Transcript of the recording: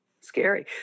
scary